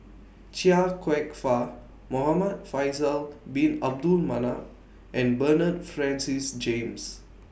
Chia Kwek Fah Muhamad Faisal Bin Abdul Manap and Bernard Francis James